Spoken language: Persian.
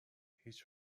هیچ